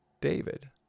David